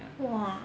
!wah!